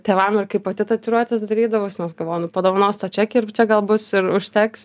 tėvam ir kai pati tatuiruotes darydavaus nes galvojo nu padovanos tą čekį ir čia gal bus ir užteks